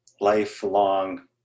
lifelong